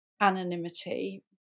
anonymity